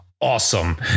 awesome